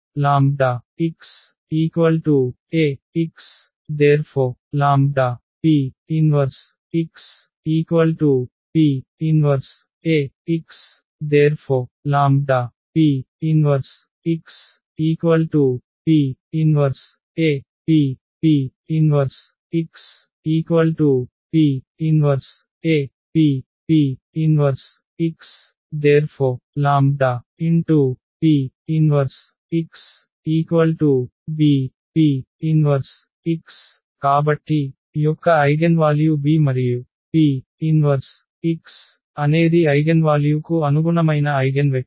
λx Ax ⇒λP 1x P 1Ax ⇒λP 1x P 1APP 1x P 1APP 1x ⇒λ BP 1x కాబట్టి యొక్క eigenvalue B మరియు P 1x అనేది eigenvalue కు అనుగుణమైన eigenvector